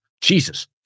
Jesus